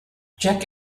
jack